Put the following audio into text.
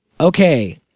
Okay